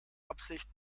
absicht